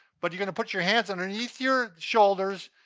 but, you're gonna put your hands underneath your shoulders,